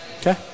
Okay